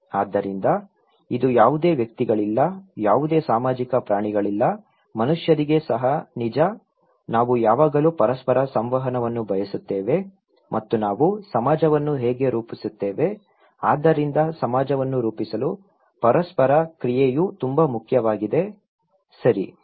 ಆದ್ದರಿಂದ ಇದು ಯಾವುದೇ ವ್ಯಕ್ತಿಗಳಿಗೆ ಯಾವುದೇ ಸಾಮಾಜಿಕ ಪ್ರಾಣಿಗಳಿಗೆ ಮನುಷ್ಯರಿಗೆ ಸಹ ನಿಜ ನಾವು ಯಾವಾಗಲೂ ಪರಸ್ಪರ ಸಂವಹನವನ್ನು ಬಯಸುತ್ತೇವೆ ಮತ್ತು ನಾವು ಸಮಾಜವನ್ನು ಹೇಗೆ ರೂಪಿಸುತ್ತೇವೆ ಆದ್ದರಿಂದ ಸಮಾಜವನ್ನು ರೂಪಿಸಲು ಪರಸ್ಪರ ಕ್ರಿಯೆಯು ತುಂಬಾ ಮುಖ್ಯವಾಗಿದೆ ಸರಿ